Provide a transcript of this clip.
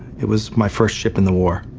it was my first ship in the war.